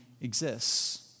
exists